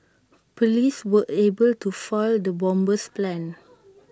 Police were able to foil the bomber's plans